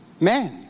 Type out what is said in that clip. man